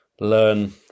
learn